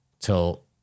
till